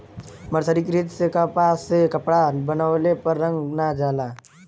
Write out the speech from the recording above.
मर्सरीकृत कपास से कपड़ा बनवले पर रंग ना जाला